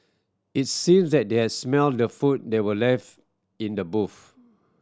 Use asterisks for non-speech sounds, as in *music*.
it seemed that they had smelt the food that were left in the *unintelligible*